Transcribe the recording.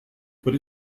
but